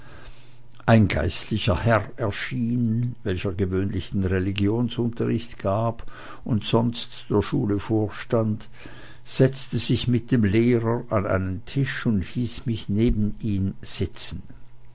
ein geistlicher herr erschien welcher gewöhnlich den religionsunterricht gab und sonst der schule vorstand setzte sich mit dem lehrer an einen tisch und hieß mich neben ihn sitzen